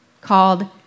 called